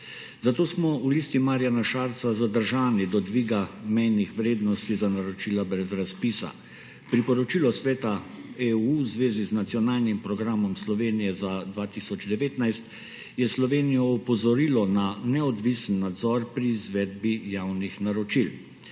zato smo v Listi Marjana Šarca zadržani do dviga mejnih vrednosti za naročila brez razpisa. Priporočilo Sveta EU v zvezi z nacionalnim programom Slovenije za 2019 je Slovenijo opozorilo na neodvisni nadzor pri izvedbi javnih naročil.